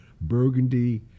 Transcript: burgundy